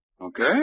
Okay